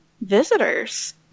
visitors